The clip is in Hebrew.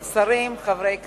שרים, חברי הכנסת,